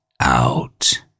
Out